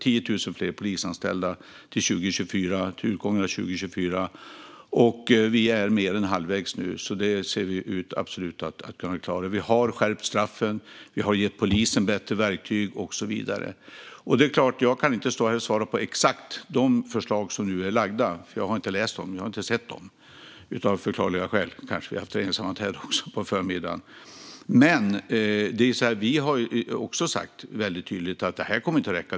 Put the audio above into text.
Det ska vara 10 000 fler polisanställda till utgången av 2024. Vi är mer än halvvägs, så det ser ut som att vi kommer att klara det. Vi har skärpt straffen, gett polisen bättre verktyg och så vidare. Jag kan inte stå här och svara exakt på de framlagda förslagen. Jag har inte sett dem eller läst dem, av förklarliga skäl. Vi hade ju regeringssammanträde på förmiddagen. Men vi har tydligt sagt att det här inte kommer att räcka.